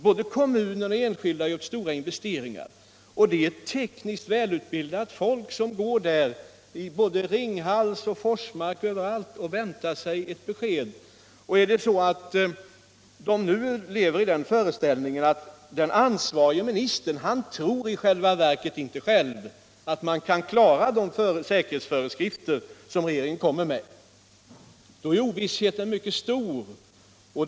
Både kommunen och enskilda har gjort stora investeringar, och det är tekniskt välutbildat folk som går där, vid Ringhals och vid Forsmark och överallt, och väntar ett besked. Lever de i den föreställningen att ansvarige ministern i själva verket inte tror att de säkerhetsföreskrifter som regeringen kommer med kan klaras, då är ovissheten mycket stor.